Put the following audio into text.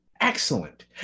Excellent